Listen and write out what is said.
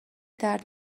درد